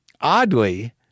oddly